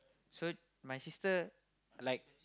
so my sister like